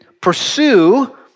pursue